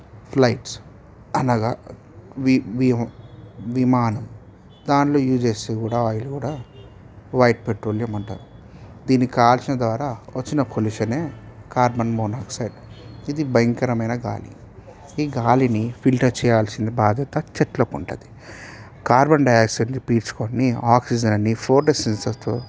flights అనగా విమానం దానిలో యూస్ చేస్తేకూడా ఆయిల్ కూడా వైట్ పెట్రోలియం అంటారు దీనికి కావాల్సిన ద్వారా వచ్చిన పొల్యూషనే కార్బన్ మోనాక్సైడ్ ఇది భయంకరమైన గాలి ఈ గాలిని ఫిల్టర్ చేయాల్సిన బాధ్యత చెట్లకి ఉంటుంది కార్బన్ డయాక్సైడ్ని పీల్చుకొని ఆక్సిజన్ని ఫోటోసింథసిస్తో